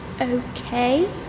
Okay